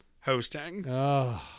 hosting